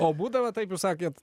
o būdavo taip jūs sakėt